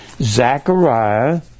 Zechariah